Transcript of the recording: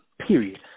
Period